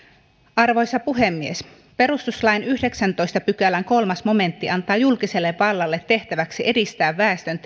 arvoisa puhemies perustuslain yhdeksännentoista pykälän kolmas momentti antaa julkiselle vallalle tehtäväksi edistää väestön